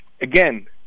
again